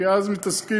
כי אז מתעסקים